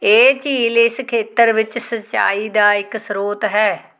ਇਹ ਝੀਲ ਇਸ ਖੇਤਰ ਵਿੱਚ ਸਿੰਚਾਈ ਦਾ ਇੱਕ ਸਰੋਤ ਹੈ